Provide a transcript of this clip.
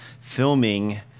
filming